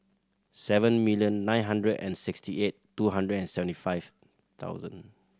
seven million nine hundred and sixty eight two hundred and seventy five thousand